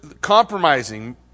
compromising